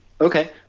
okay